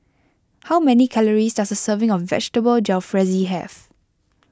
how many calories does a serving of Vegetable Jalfrezi have